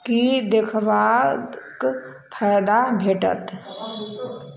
की देखबाक फायदा भेटत